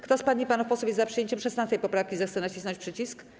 Kto z pań i panów posłów jest za przyjęciem 16. poprawki, zechce nacisnąć przycisk.